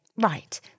right